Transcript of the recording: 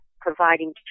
providing